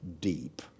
deep